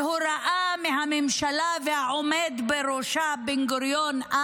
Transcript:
בהוראה מהממשלה והעומד בראשה אז, בן-גוריון,